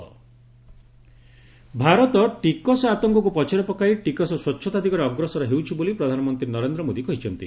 PM taxpayer Bharat ଟିକସ ଆତଙ୍କକୁ ପଛରେ ପକାଇ ଟିକସ ସ୍ୱଚ୍ଛତା ଦିଗରେ ଅଗ୍ରସର ହେଉଛି ବୋଲି ପ୍ରଧାନମନ୍ତ୍ରୀ ନରେନ୍ଦ୍ର ମୋଦୀ କହିଛନ୍ତି